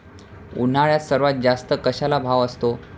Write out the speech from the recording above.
उन्हाळ्यात सर्वात जास्त कशाला भाव असतो?